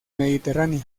mediterráneo